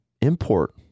import